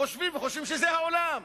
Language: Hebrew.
וחושבים שזה העולם.